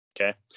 Okay